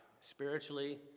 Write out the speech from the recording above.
spiritually